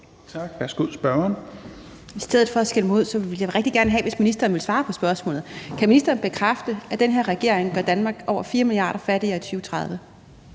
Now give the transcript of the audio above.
Schack Elholm (V): I stedet for at skælde mig ud ville jeg rigtig gerne have, at ministeren ville svare på spørgsmålet. Kan ministeren bekræfte, at den her regering gør Danmark over 4 mia. kr. fattigere i 2030?